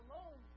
Alone